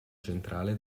centrale